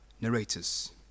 narrators